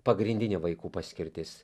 pagrindinė vaikų paskirtis